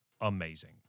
amazing